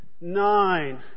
nine